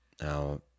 Now